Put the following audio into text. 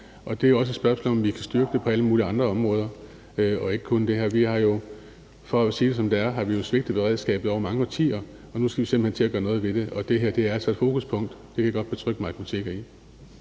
og det er også et spørgsmål, om vi kan styrke det på alle mulige andre områder og ikke kun på det her. Vi har jo – for at sige det, som det er – svigtet beredskabet i mange årtier, og nu skal vi simpelt hen til at gøre noget ved det. Og det her altså et fokuspunkt, det kan jeg godt betrygge hr. Mike